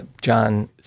John